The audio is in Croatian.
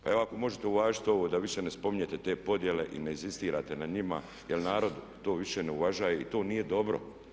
Pa evo ako možete uvažiti ovo da više ne spominjete te podjele i ne inzistirate na njima jer narod to više ne uvažava i to nije dobro.